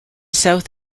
south